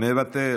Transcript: מוותר.